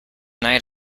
night